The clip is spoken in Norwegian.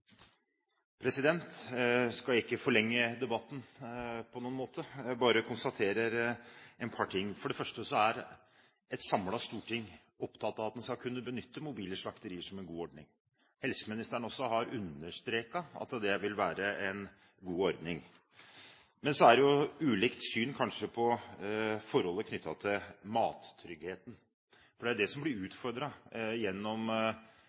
Jeg skal ikke forlenge debatten på noen måte. Jeg bare konstaterer et par ting. For det første er et samlet storting opptatt av at en skal kunne benytte mobile slakterier som en god ordning. Også helseministeren har understreket at det vil være en god ordning. Men så er det kanskje ulike syn på forhold knyttet til mattryggheten, for det er jo det som blir